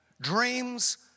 Dreams